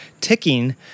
ticking